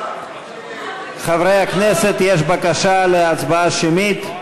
חברי הכנסת, יש בקשה להצבעה שמית.